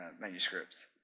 manuscripts